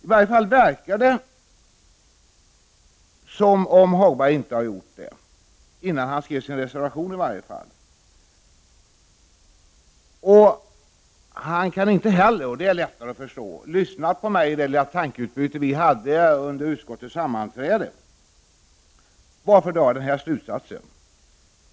Det verkar i varje fall som om Hagberg inte har gjort det innan han skrev sin reservation. Han kan inte heller ha lyssnat på mig i det lilla tankeutbyte vi hade under utskottets sammanträde, och det är lättare att förstå. Varför drar jag den slutsatsen?